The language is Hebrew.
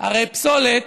הרי פסולת,